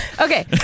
Okay